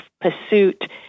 pursuit